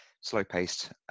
slow-paced